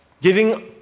giving